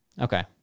okay